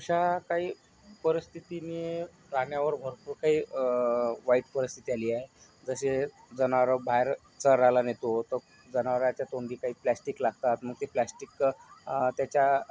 अशा काही परिस्थितीने प्राण्यावर भरपूर काही वाईट परिस्थिती आली आहे जसे जनावरं बाहेर चरायला नेतो तर जनावराच्या तोंडी काही प्लास्टिक लागतात मग ते प्लास्टिक त्याच्या